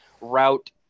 route